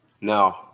No